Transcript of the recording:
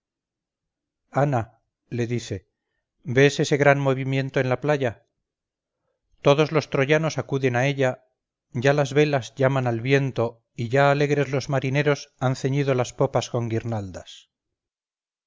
ana le dice ves ese gran movimiento en la playa todos los troyanos acuden a ella ya las velas llaman al viento y ya alegres los marineros han ceñido las popas con guirnaldas